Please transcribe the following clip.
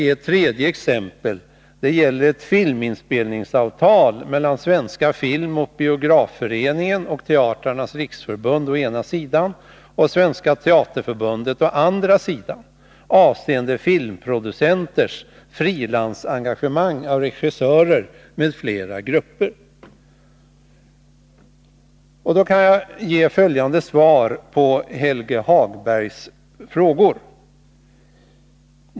Ett tredje exempel är ett filminspelningsavtal mellan Svenska filmoch biografföreningen och Teatrarnas riksförbund å ena sidan och Svenska teaterförbundet å andra sidan avseende filmproducenters frilansengagemang av regissörer m.fl. grupper. Jag kan då ge följande svar på Helge Hagbergs frågor.